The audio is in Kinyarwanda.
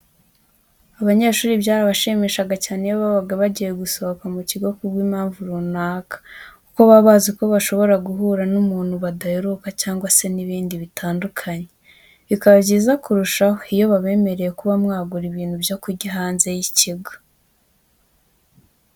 Abanyeshuri byarabashimishaga cyane iyo babaga bagiye gusohoka mu kigo ku bw'impamvu runaka kuko baba bazi ko bashobora guhura n'umuntu badaheruka cyangwa se n'ibindi bitandukanye. Bikaba byiza kurutaho iyo babemereye kuba mwagura ibintu byo kurya hanze y'ikigo.